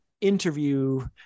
interview